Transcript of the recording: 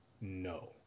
no